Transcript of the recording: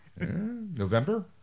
November